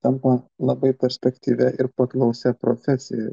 tampa labai perspektyvia ir paklausia profesija